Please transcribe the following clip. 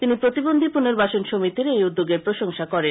তিনি প্রতিবন্ধী পূর্নবাসন সমিতির এই উদ্যোগের প্রশংসা করেন